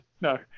No